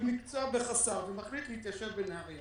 במקצוע בחסר, ומחליט להתיישב בנהריה